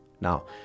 Now